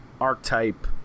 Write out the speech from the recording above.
archetype